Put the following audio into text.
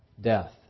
death